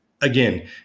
again